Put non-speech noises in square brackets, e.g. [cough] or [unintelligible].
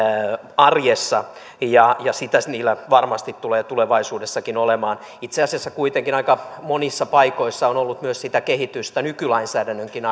arjessa ja sitä niillä varmasti tulee tulevaisuudessakin olemaan itse asiassa kuitenkin aika monissa paikoissa on ollut myös sitä kehitystä nykylainsäädännönkin [unintelligible]